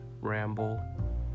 Ramble